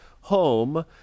home